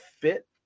fit